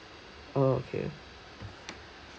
oh okay